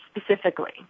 specifically